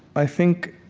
i think